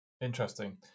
Interesting